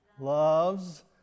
loves